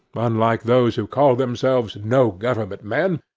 unlike those who call themselves no-government men,